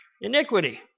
Iniquity